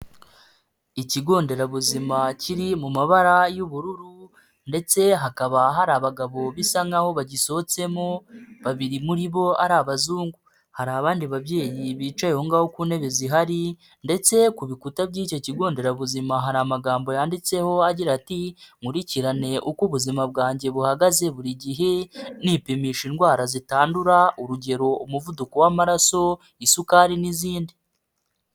Ikigo nderabuzima kiri mu mabara y'ubururu ndetse hakaba hari abagabo bisa nkaho bagisohotsemo babiri muri bo ari abazungu, hari abandi babyeyi bicaye aho ngaho ku ntebe zihari ndetse ku bikuta by'icyo kigo nderabuzima hari amagambo yanditseho agira ati "nkurikirane uko ubuzima bwanjye buhagaze buri gihe nipimisha indwara zitandura urugero umuvuduko w'amaraso, isukari n'izindi".